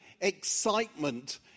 excitement